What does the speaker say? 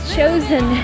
chosen